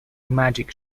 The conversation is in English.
magic